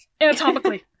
anatomically